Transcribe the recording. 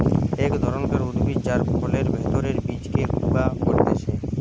এক ধরণকার উদ্ভিদ যার ফলের ভেতরের বীজকে গুঁড়া করতিছে